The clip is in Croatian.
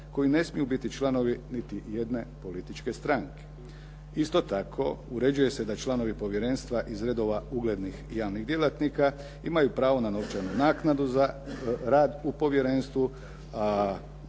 koji ne smiju biti članovi niti jedne političke stranke. Isto tako, uređuje se da članovi povjerenstva iz redova uglednih javnih djelatnika imaju pravo na novčanu naknadu za rad u povjerenstvu,